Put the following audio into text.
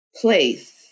place